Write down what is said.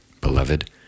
Beloved